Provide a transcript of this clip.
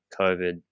COVID